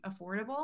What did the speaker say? affordable